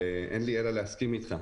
ואין לי אלא להסכים איתך,